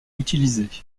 utilisée